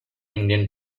indian